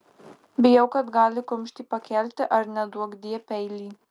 bijau kad gali kumštį pakelti ar neduokdie peilį